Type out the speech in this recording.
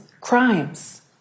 crimes